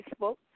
Facebook